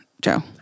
Joe